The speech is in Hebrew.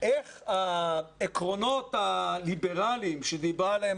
איך העקרונות הליברליים שדיברה עליהם